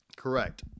Correct